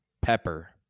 pepper